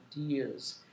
ideas